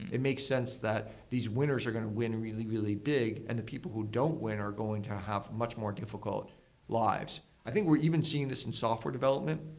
it makes sense that these winners are going to win really, really big, and the people who don't win are going to have much more difficult lives. i think we're even seeing this in software development.